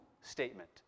statement